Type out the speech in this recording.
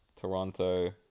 Toronto